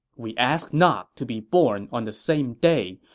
we ask not to be born on the same day,